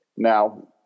Now